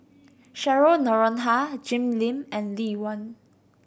Cheryl Noronha Jim Lim and Lee Wen